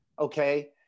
okay